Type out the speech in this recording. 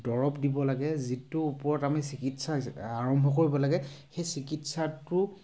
দৰৱ দিব লাগে যিটো ওপৰত আমি চিকিৎসা আৰম্ভ কৰিব লাগে সেই চিকিৎসাটো